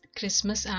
Christmas